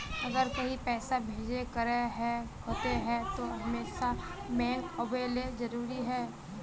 अगर कहीं पैसा भेजे करे के होते है तो हमेशा बैंक आबेले जरूरी है?